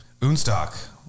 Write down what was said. Unstock